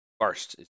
first